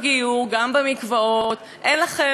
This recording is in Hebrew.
אין לכם מקום במדינת ישראל.